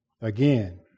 Again